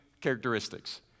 characteristics